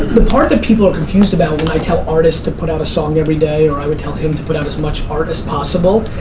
the part that people are confused about when i tell artists to put out a song everyday, or i would tell him to put out as much art as possible.